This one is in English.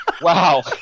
Wow